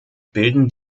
bilden